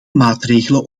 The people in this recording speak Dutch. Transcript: maatregelen